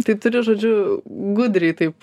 tai turi žodžiu gudriai taip